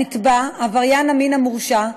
הנתבע, עבריין המין המורשע,